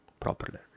properly